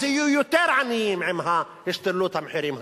אז יהיו יותר עניים עם השתוללות המחירים הזאת,